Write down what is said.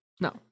no